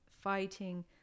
fighting